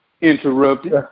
interrupted